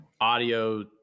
audio